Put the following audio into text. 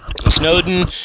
Snowden